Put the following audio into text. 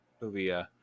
Movie